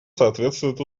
соответствует